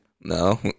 No